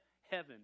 heaven